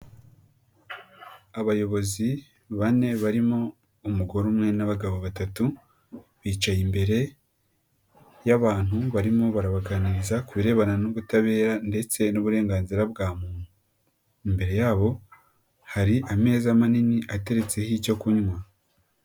Abayobozi bane barimo umugore umwe n'abagabo batatu bicaye imbere y'abantu barimo barabaganiriza ku birebana n'ubutabera ndetse n'uburenganzira bwa muntu, imbere yabo hari ameza manini ateretseho icyo kunywa.